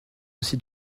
aussi